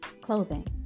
Clothing